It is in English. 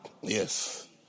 Yes